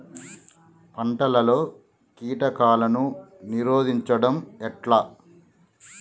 పంటలలో కీటకాలను నిరోధించడం ఎట్లా?